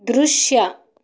ದೃಶ್ಯ